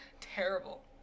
terrible